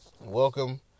welcome